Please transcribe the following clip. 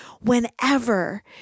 whenever